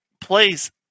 plays